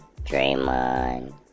Draymond